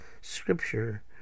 scripture